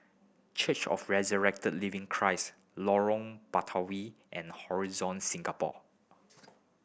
Church of Resurrected Living Christ Lorong Batawi and Horizon Singapore